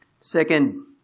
Second